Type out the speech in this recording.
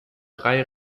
drei